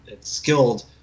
skilled